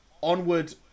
Onward